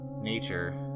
nature